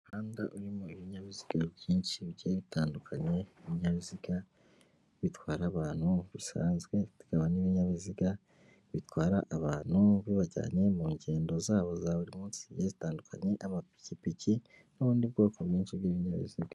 Umuhanda urimo ibinyabiziga byinshi bigiye bitandukanye, ibinyabiziga bitwara abantu bisanzwe, hakaba n'ibinyabiziga bitwara abantu bibajyanye mu ngendo zabo za buri munsi zigiye zitandukanye, amapikipiki n'ubundi bwoko bwinshi bw'ibinyabiziga.